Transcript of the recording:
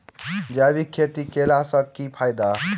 जैविक खेती केला सऽ की फायदा?